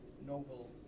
novel